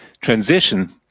transition